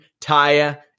Taya